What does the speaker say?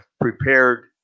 prepared